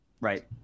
right